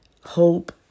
hope